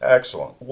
Excellent